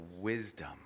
wisdom